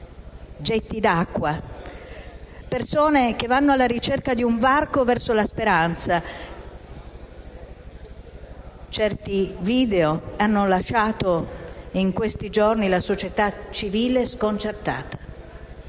Verso persone che vanno alla ricerca di un varco verso la speranza. Certi video hanno lasciato in questi giorni la società civile sconcertata.